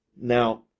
Now